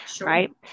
right